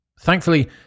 Thankfully